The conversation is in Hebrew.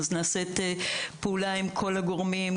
נעשית פעולה עם כל הגורמים,